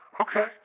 Okay